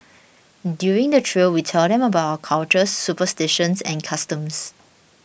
during the trail we'll tell them about our cultures superstitions and customs